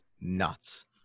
nuts